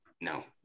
No